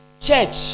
church